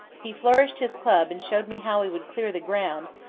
he flourished his club and showed me how he would clear the ground,